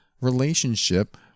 relationship